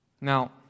Now